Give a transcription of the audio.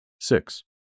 six